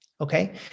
okay